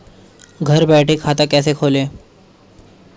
घर बैठे खाता कैसे खोलें?